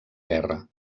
guerra